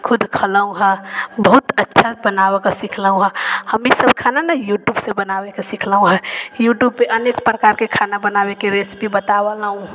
खुद खएलहुँ हँ बहुत अच्छा बनाबैके सिखलहुँ हँ हम ईसब खाना ने यूट्यूबसँ बनाबैके सिखलहुँ हँ यूट्यूबपर अनेक प्रकारके खाना बनाबैके रेसिपी बतावलौ